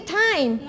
time